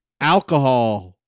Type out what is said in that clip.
Alcohol